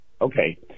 Okay